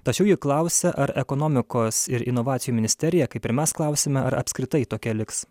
tačiau ji klausia ar ekonomikos ir inovacijų ministerija kaip ir mes klausiame ar apskritai tokia liks